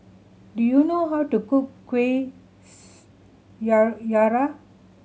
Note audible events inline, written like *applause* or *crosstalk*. do you know how to cook kuih *unintelligible*